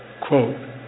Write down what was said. Quote